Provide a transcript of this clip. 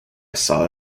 saw